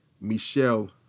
Michelle